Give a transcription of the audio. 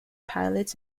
pilots